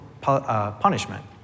punishment